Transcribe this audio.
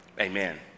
Amen